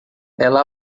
ela